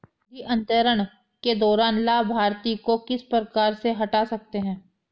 निधि अंतरण के दौरान लाभार्थी को किस प्रकार से हटा सकते हैं?